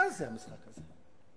מה המשחק הזה?